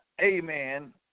amen